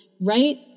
right